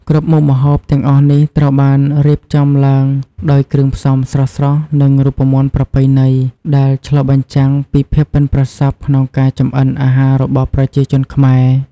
គ្រប់មុខម្ហូបទាំងអស់នេះ ត្រូវបានរៀបចំឡើងដោយគ្រឿងផ្សំស្រស់ៗ និងរូបមន្តប្រពៃណី ដែលឆ្លុះបញ្ចាំងពីភាពប៉ិនប្រសប់ក្នុងការចម្អិនអាហាររបស់ប្រជាជនខ្មែរ។